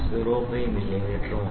05 മില്ലിമീറ്ററുമാണ്